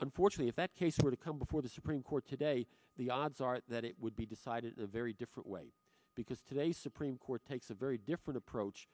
unfortunately that case were to come before the supreme court today the odds are that it would be decided a very different way because today supreme court takes a very different approach